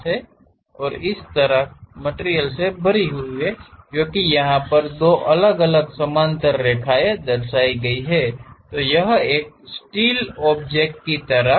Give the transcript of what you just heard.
और इस तरह मटिरियल से भरी हुई है क्योंकि यहा पर दो अलग समानांतर रेखाएं दर्शाई गई हैं तो यह एक स्टील ऑब्जेक्ट है